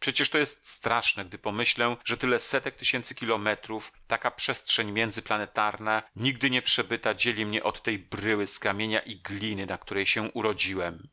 przecież to jest straszne gdy pomyślę że tyle setek tysięcy kilometrów taka przestrzeń międzyplanetarna nigdy nie przebyta dzieli mnie od tej bryły z kamienia i gliny na której się urodziłem